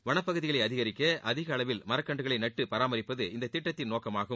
வனப்பகுதிகளை அதிகரிக்க அதிக அளவில் மரக்கன்றுகளை நட்டு பராமரிப்பது இத்திட்டத்தின் நோக்கமாகும்